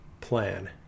plan